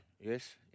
Yes